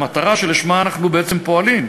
המטרה שלשמה אנחנו פועלים,